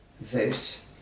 vote